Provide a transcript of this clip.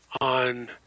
on